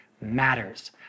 matters